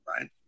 right